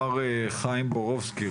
מר חיים בורובסקי,